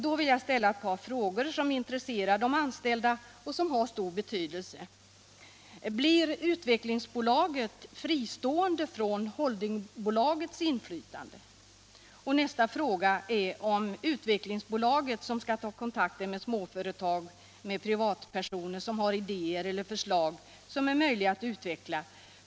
Då vill jag ställa ett par frågor som intresserar de anställda och som har stor betydelse för dem: Blir utvecklingsbolaget fristående från holdingbolagets inflytande? Utvecklingsbolaget skall ta kontakter med småföretag och privatpersoner som har idéer eller förslag som är möjliga att utveckla.